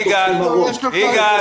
ד"ר צבי מרון --- לא,